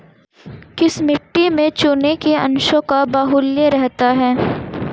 किस मिट्टी में चूने के अंशों का बाहुल्य रहता है?